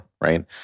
right